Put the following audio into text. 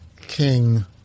King